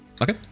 Okay